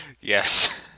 Yes